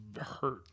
hurt